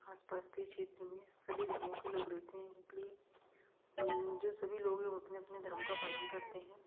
आसपास के क्षेत्र में सभी धर्मों के लोग रहते हैं इसलिए जो सभी लोग हैं वह अपने अपने धर्मों का पालन करते हैं